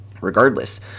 regardless